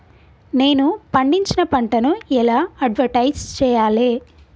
నేను పండించిన పంటను ఎలా అడ్వటైస్ చెయ్యాలే?